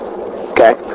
Okay